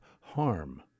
harm